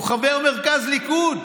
הוא חבר מרכז ליכוד,